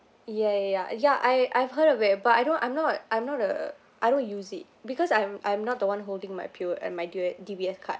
ya ya ya ya I I've heard of it but I don't I'm not I'm not a I don't use it because I'm I'm not the one holding my P_O and my D_O uh D_B_S card